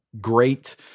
great